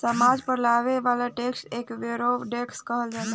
सामान पर लागे वाला टैक्स के एड वैलोरम टैक्स कहल जाला